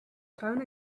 town